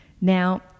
Now